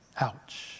ouch